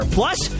plus